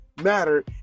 matter